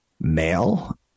male